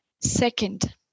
Second